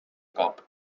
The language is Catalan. cop